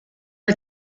are